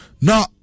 Now